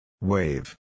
Wave